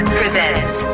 presents